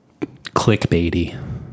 clickbaity